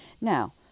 Now